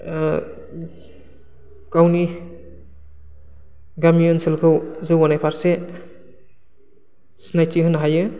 गावनि गामि ओनसोलखौ जौगानाय फारसे सिनायथि होनो हायो